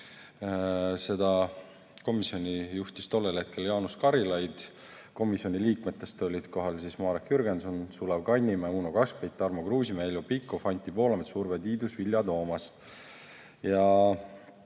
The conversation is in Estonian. Komisjoni juhtis tollel hetkel Jaanus Karilaid. Komisjoni liikmetest olid kohal Marek Jürgenson, Sulev Kannimäe, Uno Kaskpeit, Tarmo Kruusimäe, Heljo Pikhof, Anti Poolamets, Urve Tiidus ja Vilja Toomast.